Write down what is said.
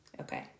Okay